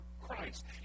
Christ